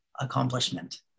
accomplishment